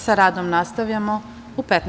Sa radom nastavljamo u 15.